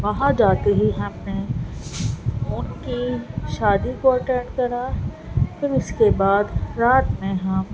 وہاں جاتے ہی ہم نے ان کی شادی کو اٹینڈ کرا پھر اس کے بعد رات میں ہم